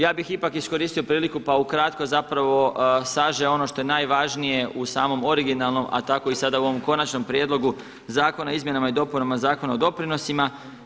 Ja bih ipak iskoristio priliku pa ukratko zapravo sažeo ono što je najvažnije u samom originalnom a tako i sada u ovom končanom prijedlogu Zakona o izmjenama i dopunama Zakona o doprinosima.